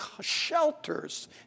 shelters